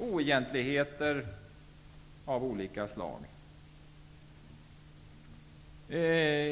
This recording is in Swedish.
oegentligheter av olika slag.